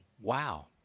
Wow